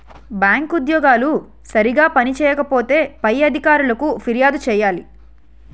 bank ఉద్యోగులు సరిగా పని చేయకపోతే పై అధికారులకు ఫిర్యాదు చేయాలి